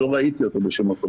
לא ראיתי אותו בשום מקום,